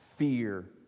Fear